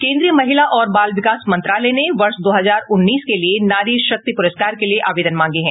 केंद्रीय महिला और बाल विकास मंत्रालय ने वर्ष दो हजार उन्नीस के लिए नारी शक्ति पुरस्कार के लिए आवेदन मांगे हैं